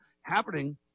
happening